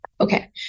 Okay